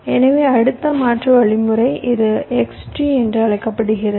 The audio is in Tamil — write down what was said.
எனவே அடுத்த மாற்று வழிமுறை இது x ட்ரீ என்று அழைக்கப்படுகிறது